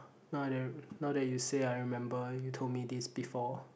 now now that you say I remember you told me this before